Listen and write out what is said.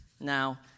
Now